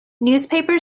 newspaper